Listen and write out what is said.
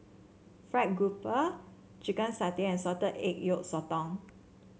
fried grouper Chicken Satay and Salted Egg Yolk Sotong